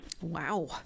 Wow